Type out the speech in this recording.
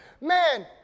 man